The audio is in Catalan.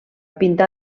pintar